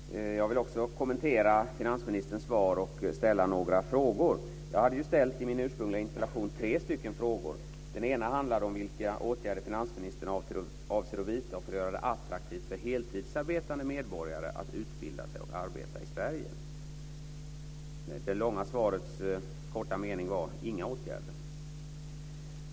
Herr talman! Jag vill också kommentera finansministerns svar och ställa några frågor. Jag hade i min ursprungliga interpellation ställt tre frågor. Den ena handlade om vilka åtgärder finansministern avser att vidta för att göra det attraktivt för heltidsarbetande medborgare att utbilda sig och arbeta i Sverige. Det långa svarets korta mening var följande: Inga åtgärder.